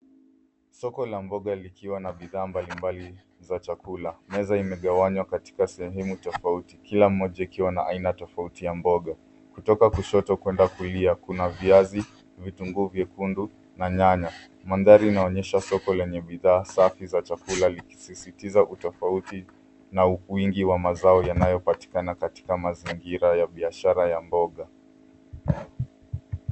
Soko la mboga likiwa na bidhaa mbalimbali za chakula. Meza imegawanywa katika sehemu tofauti kila mmoja ikiwa na aina tofauti ya mboga. Kutoka kushoto kuenda kulia, kuna viazi, vitunguu vyekundu na nyanya. Manthari inaonyesha soko lenye bidha, safi za chakula likisisitiza utofauti na ukuingi wa mazao yanayopatikana katika mazingira ya biashara ya mboga.